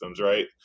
Right